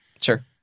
Sure